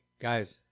guys